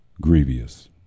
grievous